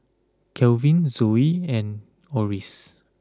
Calvin Zoie and Orris